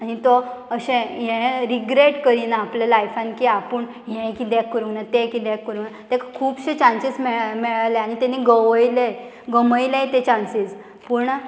आनी तो अशें हें रिग्रेट करिना आपल्या लायफान की आपूण हें कित्याक करूंक ना तें कित्याक करूंक ना ताका खुबशे चान्सीस मेळ मेयळेले आनी तेणी गवयले गमयले ते चान्सीस पूण